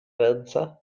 ręce